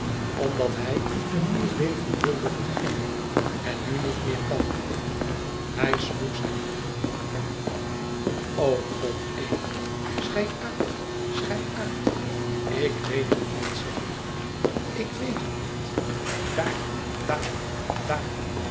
omdat hij een nieuw leven wilde beginnen en nu niet meer kan hij sloeg zijn handen in elkaâr o god eve schei uit schei uit ik weet het niet zeg ik je ik weét hèt nièt daar daar daar